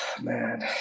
man